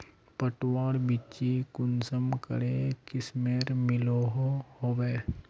पटवार बिच्ची कुंसम करे किस्मेर मिलोहो होबे?